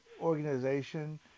organization